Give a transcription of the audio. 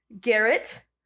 Garrett